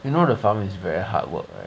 you know the farm is very hard work right